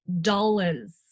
dollars